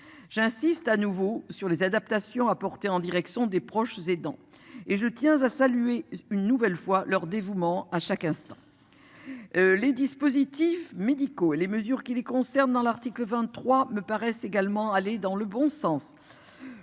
j'insiste à nouveau sur les adaptations apportées en direction des proches aidants, et je tiens à saluer une nouvelle fois leur dévouement à chaque instant. Les dispositifs médicaux et les mesures qui les concernent dans l'article 23, me paraissent également aller dans le bon sens.